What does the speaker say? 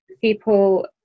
people